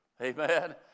Amen